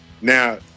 now